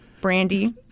Brandy